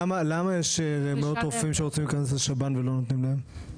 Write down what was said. למה יש מאות רופאים שרוצים להיכנס לשב"ן ולא נותנים להם?